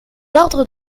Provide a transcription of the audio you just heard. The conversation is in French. ordres